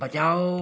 बचाओ